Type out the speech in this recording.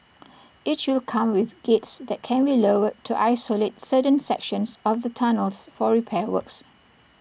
each will come with gates that can be lowered to isolate certain sections of the tunnels for repair works